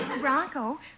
Bronco